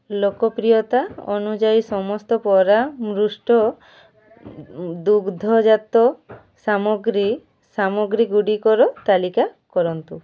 ଲୋକପ୍ରିୟତା ଅନୁଯାୟୀ ସମସ୍ତ ପରାମୃଷ୍ଟ ଦୁଗ୍ଧଜାତ ସାମଗ୍ରୀ ସାମଗ୍ରୀଗୁଡ଼ିକର ତାଲିକା କରନ୍ତୁ